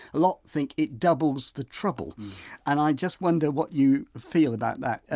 a lot think it doubles the trouble and i just wonder what you feel about that. ah